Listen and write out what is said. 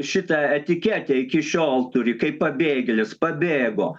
šitą etiketę iki šiol turi kaip pabėgėlis pabėgo